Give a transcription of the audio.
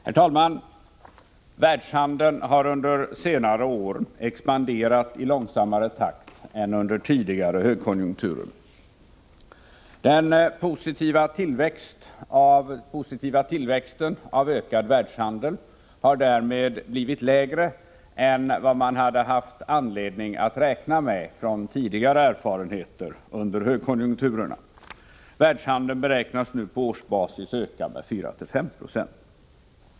Herr talman! Världshandeln har under senare år expanderat i långsammare takt än under tidigare högkonjunkturer. Den positiva tillväxten av världshandeln har därmed blivit mindre än vad man haft anledning räkna med av erfarenheter från tidigare högkonjunkturer. Världshandeln beräknas nu på årsbasis öka med 4-5 9.